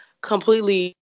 completely